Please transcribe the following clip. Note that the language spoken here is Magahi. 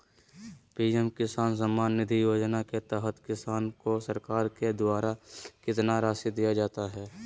पी.एम किसान सम्मान निधि योजना के तहत किसान को सरकार के द्वारा कितना रासि दिया जाता है?